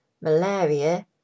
malaria